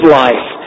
life